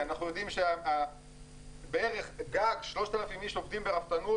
אנחנו יודעים שבערך 3,000 איש מקסימום עובדים ברפתנות